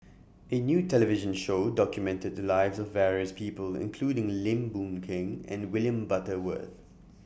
A New television Show documented The Lives of various People including Lim Boon Keng and William Butterworth